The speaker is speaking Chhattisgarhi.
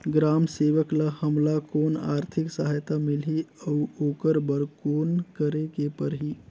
ग्राम सेवक ल हमला कौन आरथिक सहायता मिलही अउ ओकर बर कौन करे के परही?